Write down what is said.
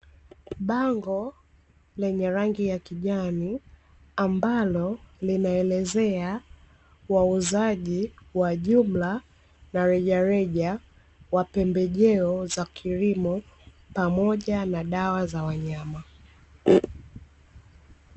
Bango lenye rangi ya kijani, ambalo linaelezea wauzaji wa jumla na rejareja wa pembejeo za kilimo, pamoja na dawa za wanyama.